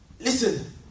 Listen